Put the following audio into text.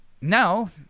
Now